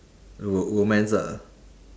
ro~ romance ah